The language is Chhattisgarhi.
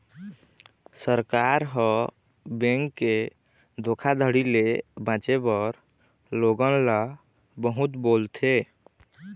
सरकार ह, बेंक के धोखाघड़ी ले बाचे बर लोगन ल बहुत बोलथे